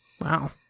Wow